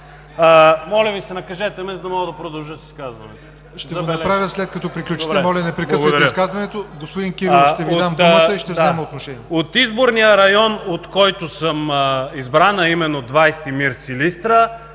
Моля Ви се, накажете ме, за да мога да продължа с изказването. ПРЕДСЕДАТЕЛ ЯВОР НОТЕВ: Ще го направя след като приключите. Моля не прекъсвайте изказването. Господин Кирилов, ще Ви дам думата и ще взема отношение. СТОЯН МИРЧЕВ: От изборния район, от който съм избран, а именно 20 МИР – Силистра,